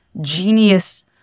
genius